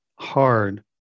hard